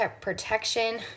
protection